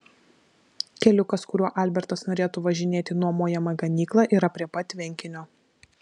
keliukas kuriuo albertas norėtų važinėti į nuomojamą ganyklą yra prie pat tvenkinio